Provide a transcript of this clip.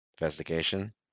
Investigation